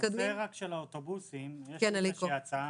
בנושא של האוטובוסים יש לי הצעה.